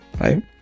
right